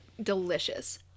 delicious